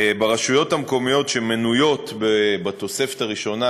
ברשויות המקומיות שמנויות בתוספת הראשונה